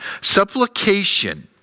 Supplication